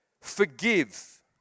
forgive